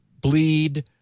bleed